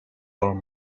old